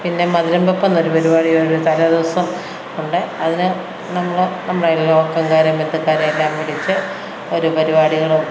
പിന്നെ മധുരം വയ്പ് എന്നൊരു പരിപാടി ഉണ്ട് തലേദിവസം ഉണ്ട് അതിന് നമ്മള് നമ്മളെ അയല്വക്കം കാരെ ബന്ധുക്കാരെ എല്ലാം വിളിച്ച് ഒരു പരിപാടികള്